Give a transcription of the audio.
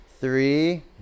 Three